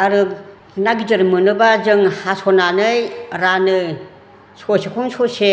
आरो ना गिदिर मोनोबा जों हास'नानै रानो ससेखौनो ससे